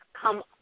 come